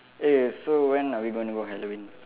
eh so when are we gonna go Halloween